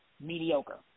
Mediocre